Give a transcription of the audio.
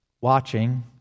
watching